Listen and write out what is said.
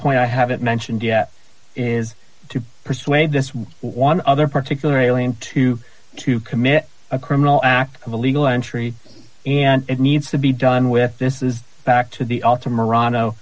point i haven't mentioned yet is to persuade this one other particular alien to to commit a criminal act of illegal entry and it needs to be done with this is back to the a